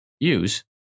use